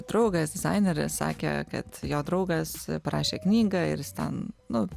draugas dizaineris sakė kad jo draugas parašė knygą ir jis ten nu